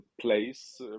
place